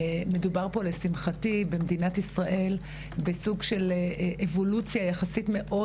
מדובר פה לשמחתי במדינת ישראל בסוג של אבולוציה יחסית מאוד